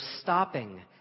stopping